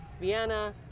Vienna